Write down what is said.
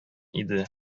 иде